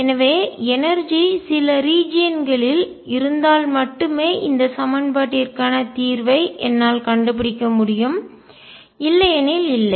எனவே எனர்ஜிஆற்றல் சில ரீஜியன்களில் பிராந்தியத்தில் இருந்தால் மட்டுமே இந்த சமன்பாட்டிற்கான தீர்வை என்னால் கண்டுபிடிக்க முடியும் இல்லையெனில் இல்லை